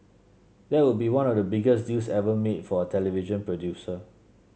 that would be one of the biggest deals ever made for a television producer